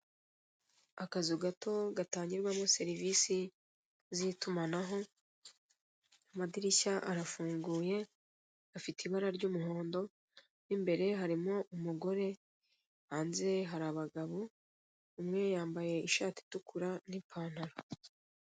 Akazu gato gatangirwamo serivisi z'itumanaho, amadirishya arafunguye afite ibara ry'umuhondo, mo imbere harimo umugore, hanze hari abagabo, umwe yambaye ishati itukura n'ipantaro.